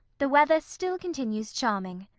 the weather still continues charming